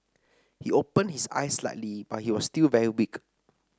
he opened his eyes slightly but he was still very weak